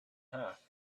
half